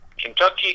Kentucky